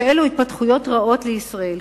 שאלו התפתחויות רעות לישראל,